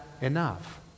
enough